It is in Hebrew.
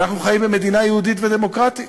ואנחנו חיים במדינה יהודית ודמוקרטית.